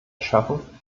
schaffen